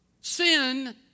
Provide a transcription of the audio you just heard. Sin